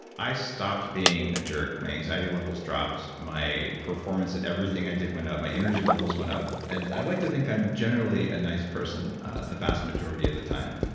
i stopped being a jerk. my anxiety levels dropped, my performance at everything i did went up, my energy levels went up. and i like to think i'm generally a nice person the vast majority of the time